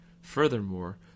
Furthermore